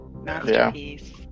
Masterpiece